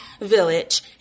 village